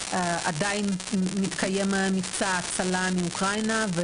למבצע שעדיין מתקיים, מבצע ההצלה מאוקראינה.